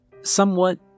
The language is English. Somewhat